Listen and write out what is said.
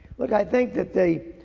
like i think that they,